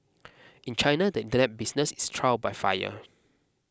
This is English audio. in China the Internet business is trial by fire